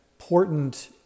important